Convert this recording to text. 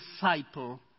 Disciple